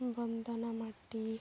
ᱵᱚᱱᱫᱚᱱᱟ ᱢᱟᱱᱰᱤ